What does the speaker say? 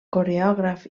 coreògraf